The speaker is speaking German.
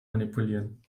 manipulieren